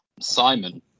Simon